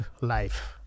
life